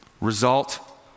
Result